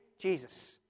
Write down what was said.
Jesus